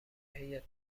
هیات